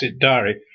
diary